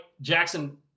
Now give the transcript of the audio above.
Jackson